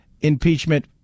impeachment